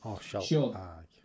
Sure